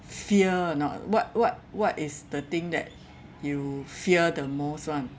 fear or not what what what is the thing that you fear the most [one]